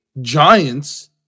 Giants